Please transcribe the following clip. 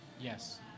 Yes